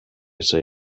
say